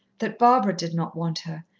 that barbara did not want her,